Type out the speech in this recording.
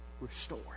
restore